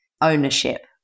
ownership